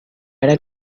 harán